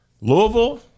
Louisville